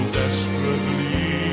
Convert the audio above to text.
desperately